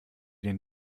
den